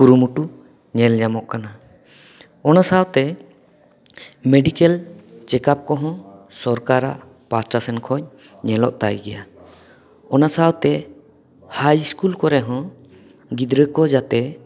ᱠᱩᱨᱩᱢᱩᱴᱩ ᱧᱮᱞ ᱧᱟᱢᱚᱜ ᱠᱟᱱᱟ ᱚᱱᱟ ᱥᱟᱶᱛᱮ ᱢᱮᱰᱤᱠᱮᱞ ᱪᱮᱠᱟᱯ ᱠᱚᱦᱚᱸ ᱥᱚᱨᱠᱟᱨᱟᱜ ᱯᱟᱦᱟᱴᱟ ᱥᱮᱡ ᱠᱷᱚᱡ ᱧᱮᱞᱚᱜ ᱛᱟᱭ ᱜᱮᱭᱟ ᱚᱱᱟ ᱥᱟᱶᱛᱮ ᱦᱟᱭ ᱥᱠᱩᱞ ᱠᱚᱨᱮᱦᱚᱸ ᱜᱤᱫᱽᱨᱟᱹ ᱠᱚ ᱡᱟᱛᱮ